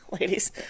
Ladies